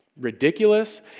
Ridiculous